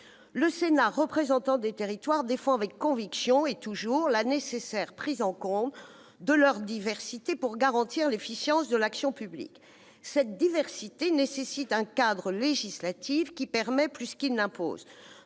Le Sénat, représentant des territoires, défend toujours avec conviction la nécessaire prise en compte de leur diversité pour garantir l'efficience de l'action publique. Cette diversité appelle un cadre législatif qui permette plus qu'il n'impose.